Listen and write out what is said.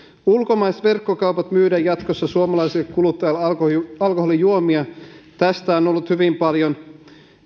ulkomaiset verkkokaupat myydä jatkossa suomalaiselle kuluttajalle alkoholijuomia on ollut hyvin paljon